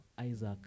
Isaac